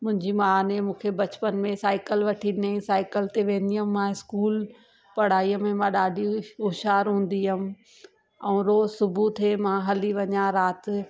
मुंहिंजी मां ने मूंखे बचपन में साईकल वठी ॾिनई साईकल त वेंदी हुयमि मां स्कूल पढ़ाईअ में मां ॾाढी होशियारु हूंदी हुयमि ऐं रोज़ सुबुह थिए मां हली वञा राति